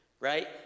Right